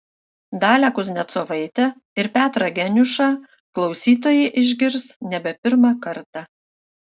dalią kuznecovaitę ir petrą geniušą klausytojai išgirs nebe pirmą kartą